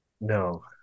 No